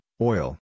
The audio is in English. oil